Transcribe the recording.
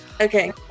Okay